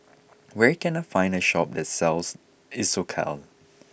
where can I find a shop that sells Isocal